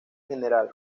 gral